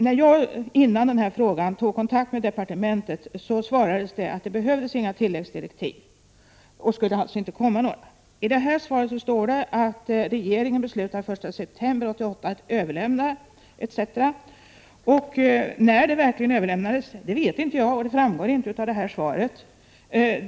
När jag innan jag ställde frågan tog kontakt med departementet svarades det att det inte behövdes några tilläggsdirektiv och alltså inte skulle komma några. I svaret står det att regeringen den 1 september 1988 beslutade att överlämna vissa handlingar. När de verkligen överlämnades vet inte jag, och det framgår inte av svaret.